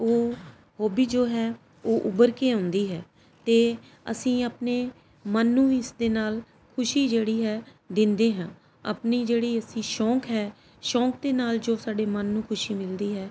ਉਹ ਹੋਬੀ ਜੋ ਹੈ ਓਹ ਉਭਰ ਕੇ ਆਉਂਦੀ ਹੈ ਅਤੇ ਅਸੀਂ ਆਪਣੇ ਮਨ ਨੂੰ ਵੀ ਇਸ ਦੇ ਨਾਲ ਖੁਸ਼ੀ ਜਿਹੜੀ ਹੈ ਦਿੰਦੇ ਹਾਂ ਆਪਣਾ ਜਿਹੜਾ ਅਸੀਂ ਸ਼ੌਕ ਹੈ ਸ਼ੌਕ ਦੇ ਨਾਲ ਜੋ ਸਾਡੇ ਮਨ ਨੂੰ ਖੁਸ਼ੀ ਮਿਲਦੀ ਹੈ